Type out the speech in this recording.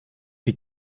die